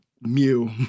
Mew